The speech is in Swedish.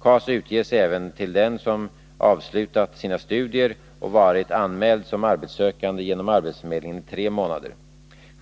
KAS utges även till den som avslutat sina studier och varit anmäld som arbetssökande genom arbetsförmedlingen i tre månader.